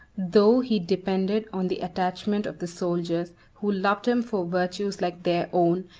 though he depended on the attachment of the soldiers, who loved him for virtues like their own,